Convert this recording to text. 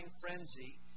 frenzy